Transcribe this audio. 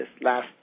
last